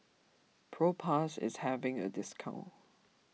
Propass is having a discount